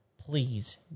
please